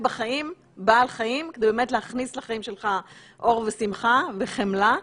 בחיים בעל חיים כדי להכניס לחיים שלך אור ושמחה וחמלה.